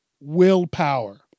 Willpower